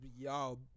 y'all